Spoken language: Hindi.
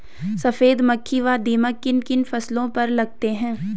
सफेद मक्खी व दीमक किन किन फसलों पर लगते हैं?